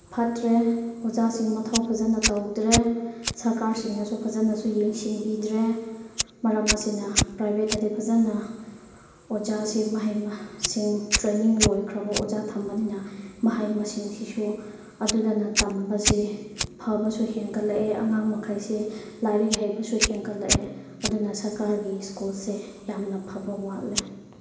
ꯐꯠꯇ꯭ꯔꯦ ꯑꯣꯖꯥꯁꯤꯡ ꯃꯊꯧ ꯐꯖꯅ ꯇꯧꯗ꯭ꯔꯦ ꯁꯔꯀꯥꯔꯁꯤꯡꯅꯁꯨ ꯐꯖꯅꯁꯨ ꯌꯦꯡꯁꯤꯟꯕꯤꯗ꯭ꯔꯦ ꯃꯔꯝ ꯑꯁꯤꯅ ꯄ꯭ꯔꯥꯏꯚꯦꯠꯇꯗꯤ ꯐꯖꯅ ꯑꯣꯖꯥꯁꯦ ꯃꯍꯩ ꯃꯁꯤꯡ ꯇ꯭ꯔꯦꯅꯤꯡ ꯂꯣꯏꯈ꯭ꯔꯕ ꯑꯣꯖꯥ ꯊꯝꯕꯅꯤꯅ ꯃꯍꯩ ꯃꯁꯤꯡꯁꯤꯁꯨ ꯑꯗꯨꯗꯅ ꯇꯝꯕꯁꯦ ꯐꯕꯁꯨ ꯍꯦꯟꯒꯠꯂꯛꯑꯦ ꯑꯉꯥꯡ ꯃꯈꯩꯁꯦ ꯂꯥꯏꯔꯤꯛ ꯍꯩꯕꯁꯨ ꯍꯦꯟꯒꯠꯂꯛꯑꯦ ꯑꯗꯨꯅ ꯁꯔꯀꯥꯔꯒꯤ ꯁ꯭ꯀꯨꯜꯁꯦ ꯌꯥꯝꯅ ꯐꯕ ꯋꯥꯠꯂꯦ